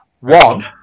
One